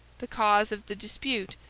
the cause of the dispute,